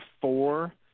four